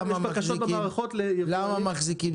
יש בקשות במערכות ליבואנים --- למה מחזיקים?